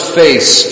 face